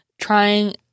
trying